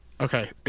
Okay